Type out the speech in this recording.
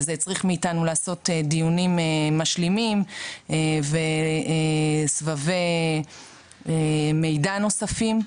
וזה הצריך מאיתנו לעשות דיונים משלימים וסבבי מידע נוספים,